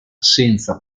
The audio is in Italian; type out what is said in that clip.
senza